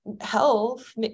health